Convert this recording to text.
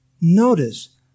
Notice